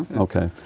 okay.